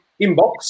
inbox